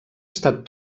estat